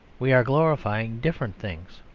we are glorifying different things.